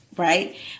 Right